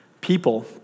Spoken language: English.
people